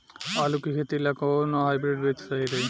आलू के खेती ला कोवन हाइब्रिड बीज सही रही?